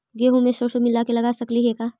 गेहूं मे सरसों मिला के लगा सकली हे का?